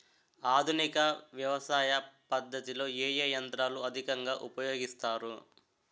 ఆధునిక వ్యవసయ పద్ధతిలో ఏ ఏ యంత్రాలు అధికంగా ఉపయోగిస్తారు?